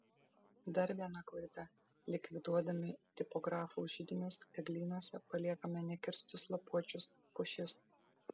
dar viena klaida likviduodami tipografų židinius eglynuose paliekame nekirstus lapuočius pušis